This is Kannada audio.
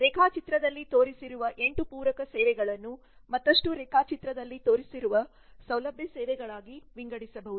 ರೇಖಾಚಿತ್ರದಲ್ಲಿ ತೋರಿಸಿರುವ ಎಂಟು ಪೂರಕ ಸೇವೆಗಳನ್ನು ಮತ್ತಷ್ಟು ರೇಖಾಚಿತ್ರದಲ್ಲಿ ತೋರಿಸಿರುವ ಸೌಲಭ್ಯ ಸೇವೆಗಳಾಗಿ ವಿಂಗಡಿಸಬಹುದು